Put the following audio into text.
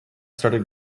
started